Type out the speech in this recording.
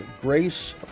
Grace